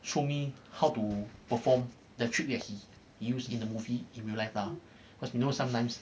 show me how to perform the trick that he used in the movie in real life lah cause you know sometimes